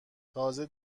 تازه